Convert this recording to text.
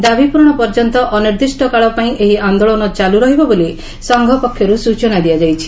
ଦାବି ପୂରଣ ପର୍ଯ୍ୟନ୍ତ ଅନିର୍ଦିଷ୍ କାଳ ପାଇଁ ଏହି ଆଦୋଳନ ଚାଲୁ ରହିବ ବୋଲି ସଂଘ ପକ୍ଷରୁ ସ୍ରଚନା ଦିଆଯାଇଛି